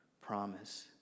promise